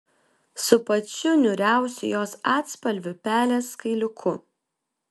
su pačiu niūriausiu jos atspalviu pelės kailiuku